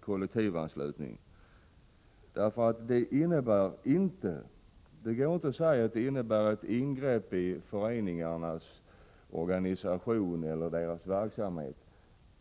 kollektivanslutningen. Det går inte att säga att detta innebär ett ingrepp i föreningarnas organisation eller deras verksamhet.